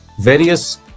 various